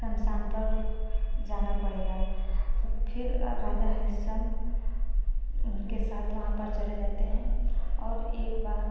शमशान पर जाना पड़ेगा तो फिर राजा हरिश्चंद्र उनके साथ वहाँ पर चले जाते हैं और एक बार